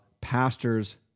pastors